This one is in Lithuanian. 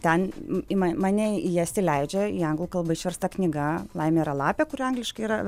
ten ima mane į jas įleidžia į anglų kalbą išversta knyga laimė yra lapė kuri angliškai yra